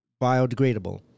biodegradable